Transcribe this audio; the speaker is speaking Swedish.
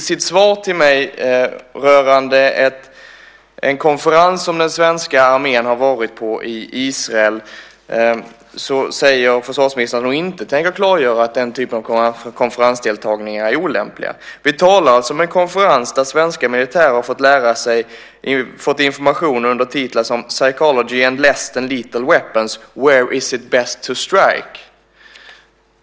I ett svar till mig rörande den konferens som den svenska armén har varit på i Israel säger försvarsministern att hon inte tänker klargöra att den typen av konferensdeltaganden är olämpliga. Vi talar alltså om en konferens där svenska militärer har fått information under titlar som Physiology and "less than lethal weapons" - where is it best to strike?